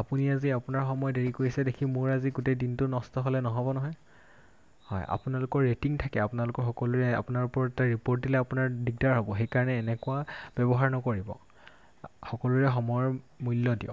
আপুনি আজি আপোনাৰ সময় দেৰি কৰিছে দেখি মোৰ আজি গোটেই দিনটো নষ্ট হ'লে নহ'ব নহয় হয় আপোনালোকৰ ৰেটিং থাকে আপোনালোকৰ সকলোৰে আপোনাৰ ওপৰত এটা ৰিপৰ্ট দিলে আপোনাৰ দিগদাৰ হ'ব সেইকাৰণে এনেকুৱা ব্যৱহাৰ নকৰিব সকলোৰে সময়ৰ মূল্য দিয়ক